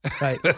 Right